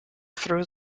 through